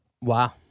Wow